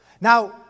Now